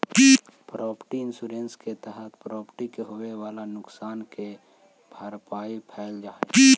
property insurance के तहत property के होवेऽ वाला नुकसान के भरपाई कैल जा हई